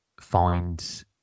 find